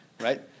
Right